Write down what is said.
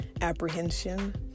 apprehension